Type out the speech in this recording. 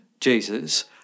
Jesus